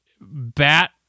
bat